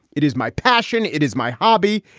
it is my passion. it is my hobby.